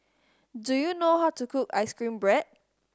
do you know how to cook ice cream bread